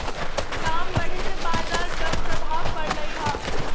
दाम बढ़े से बाजार पर प्रभाव परलई ह